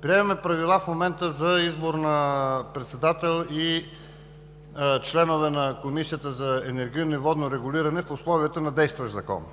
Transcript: приемаме Правила за избор на председател и членове на Комисията за енергийно и водно регулиране в условията на действащ Закон.